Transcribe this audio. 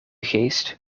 geest